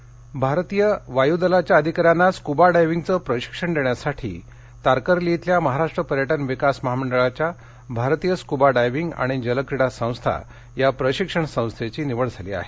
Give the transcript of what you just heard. scuba diving भारतीय वायूदलाच्या अधिकाऱ्यांना स्कूबा डायव्हिंगचं प्रशिक्षण देण्यासाठी तारकर्ली इथल्या महाराष्ट्र पर्यटन विकास महामंडळाच्या भारतीय स्कूब डायविंग आणि जलक्रीडा संस्था या प्रशिक्षण संस्थेची निवड झाली आहे